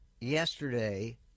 yesterday